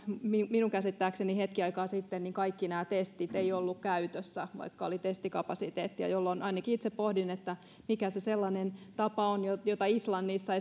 minun käsittääkseni hetken aikaa sitten kaikki nämä testit eivät olleet käytössä vaikka oli testikapasiteettia jolloin ainakin itse pohdin että mikä se sellainen tapa on jota islannissa